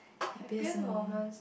happiest mo~